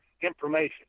information